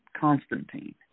Constantine